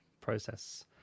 process